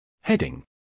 Heading